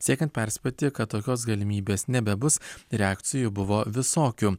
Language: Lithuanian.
siekiant perspėti kad tokios galimybės nebebus reakcijų buvo visokių